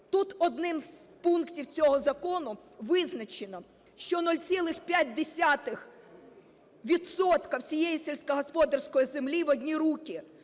Тут одним з пунктів цього закону визначено, що 0,5 відсотка всієї сільськогосподарської землі в одні руки,